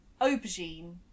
aubergine